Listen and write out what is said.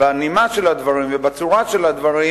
בנימה של הדברים ובצורה של הדברים,